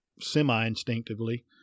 semi-instinctively